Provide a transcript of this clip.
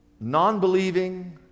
non-believing